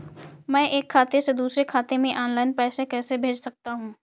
मैं एक खाते से दूसरे खाते में ऑनलाइन पैसे कैसे भेज सकता हूँ?